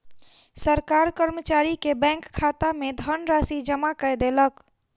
सरकार कर्मचारी के बैंक खाता में धनराशि जमा कय देलक